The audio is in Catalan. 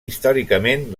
històricament